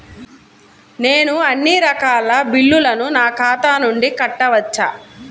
నేను అన్నీ రకాల బిల్లులను నా ఖాతా నుండి కట్టవచ్చా?